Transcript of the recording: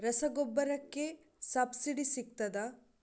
ರಸಗೊಬ್ಬರಕ್ಕೆ ಸಬ್ಸಿಡಿ ಸಿಗ್ತದಾ?